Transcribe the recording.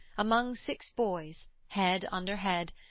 among six boys, head under head,